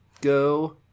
go